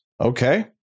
Okay